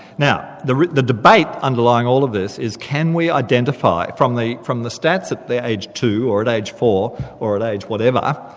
now the the debate underlying all of this is can we identify from the from the stats at age two or at age four or at age whatever,